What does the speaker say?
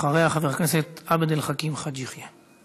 אחריה, חבר הכנסת עבד אל חכים חאג' יחיא.